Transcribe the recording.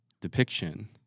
depiction